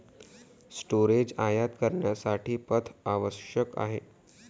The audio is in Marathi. स्टोरेज आयात करण्यासाठी पथ आवश्यक आहे